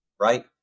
Right